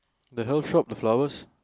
the herb shop the flowers